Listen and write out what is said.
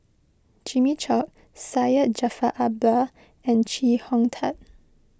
Jimmy Chok Syed Jaafar Albar and Chee Hong Tat